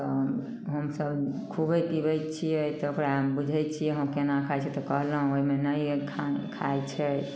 तऽ हमसब खुआबय पियाबय छियै तऽ ओकरा बुझय छियै केना खाइ छै तऽ कहलहुँ ओइमे नहि अइ खा खाइ छै